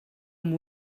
amb